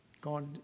God